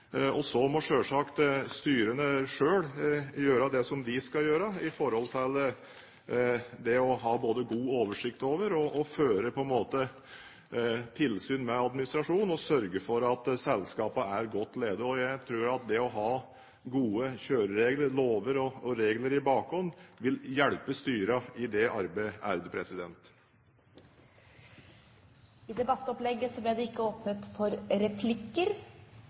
og overordnede. Så må selvsagt styrene selv gjøre det som de skal, i forhold til både å ha god oversikt, å føre tilsyn med administrasjonen og sørge for at selskapene er godt ledet. Jeg tror at det å ha gode kjøreregler, lover og regler i bakhånd, vil hjelpe styrene i det arbeidet. De talere som heretter får ordet, har en taletid på inntil 3 minutter. Her var det